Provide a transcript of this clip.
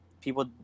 people